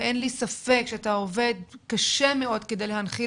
ואין לי ספק שאתה עובד קשה מאוד כדי להנחיל